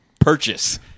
purchase